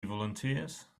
volunteers